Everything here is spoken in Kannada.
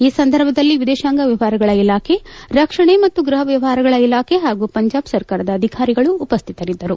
ಈ ಸಂದರ್ಭದಲ್ಲಿ ವಿದೇಶಾಂಗ ವ್ಯವಹಾರಗಳ ಇಲಾಖೆ ರಕ್ಷಣೆ ಮತ್ತು ಗೃಹ ವ್ಯವಹಾರಗಳ ಇಲಾಖೆ ಹಾಗೂ ಪಂಜಾಬ್ ಸರ್ಕಾರದ ಅಧಿಕಾರಿಗಳು ಉಪಸ್ಥಿತರಿದ್ದರು